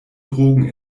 drogen